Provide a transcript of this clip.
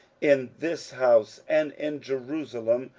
in this house, and in jerusalem,